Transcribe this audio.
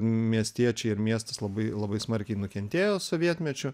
miestiečiai ir miestas labai labai smarkiai nukentėjo sovietmečiu